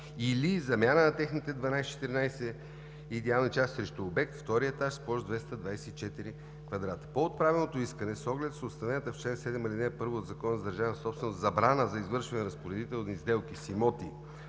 или замяна на техните 12/14 идеални части срещу обект на втория етаж с площ 224 кв. м. По отправеното искане с оглед постановената в чл. 7, ал. 1 от Закона за държавната собственост забрана за извършване на разпоредителни сделки с имоти